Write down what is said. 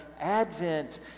Advent